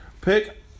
pick